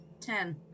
Ten